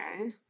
Okay